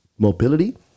mobility